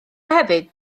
hefyd